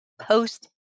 post